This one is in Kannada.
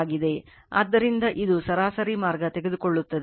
ಆದ್ದರಿಂದ ಇದು ಸರಾಸರಿ ಮಾರ್ಗ ತೆಗೆದುಕೊಳ್ಳುತ್ತದೆ